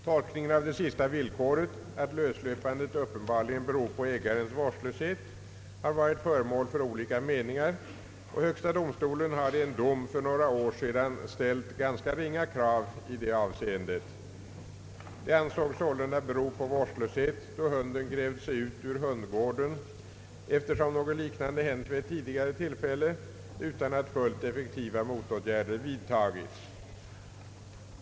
Tolkningen av det sista villkoret — att löslöpandet uppenbarligen beror på ägarens vårdslöshet — har varit före jagar eller ofredar villebråd mål för olika meningar, och högsta domstolen har i en dom för några år sedan ställt ganska ringa krav i det avseendet. Det ansågs sålunda bero på vårdslöshet då hunden grävt sig ut ur hundgården, eftersom något liknande hänt vid tidigare tillfälle utan att fullt effektiva motåtgärder vidtagits.